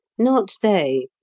not they.